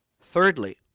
thirdly